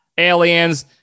aliens